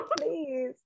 please